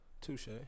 Touche